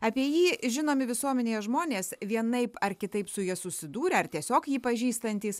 apie jį žinomi visuomenėje žmonės vienaip ar kitaip su juo susidūrę ar tiesiog jį pažįstantys